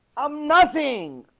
i'm nothing,